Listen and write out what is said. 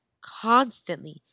constantly